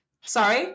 Sorry